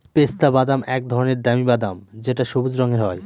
পেস্তা বাদাম এক ধরনের দামি বাদাম যেটা সবুজ রঙের হয়